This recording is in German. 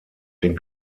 den